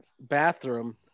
bathroom